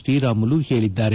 ಶ್ರೀರಾಮುಲು ಹೇಳಿದ್ದಾರೆ